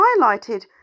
highlighted